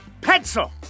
pencil